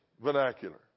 vernacular